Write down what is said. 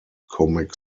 comic